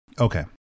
okay